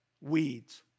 weeds